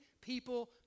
people